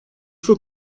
faut